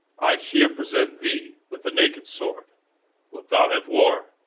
i here present thee with a naked sword wilt thou have war,